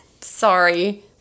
Sorry